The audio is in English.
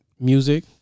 music